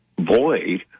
void